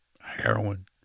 heroin